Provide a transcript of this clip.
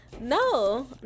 no